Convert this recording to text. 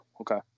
okay